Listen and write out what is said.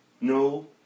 no